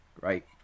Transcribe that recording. right